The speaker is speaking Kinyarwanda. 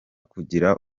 kugira